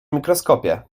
mikroskopie